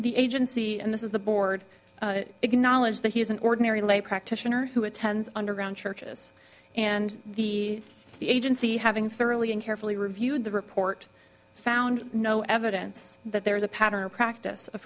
the agency and this is the board acknowledge that he is an ordinary lay practitioner who attends underground churches and the agency having fairly and carefully reviewed the report found no evidence that there is a pattern of practice of